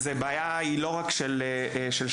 הבעיה היא לא רק של שעלת,